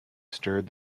stirred